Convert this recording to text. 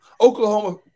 Oklahoma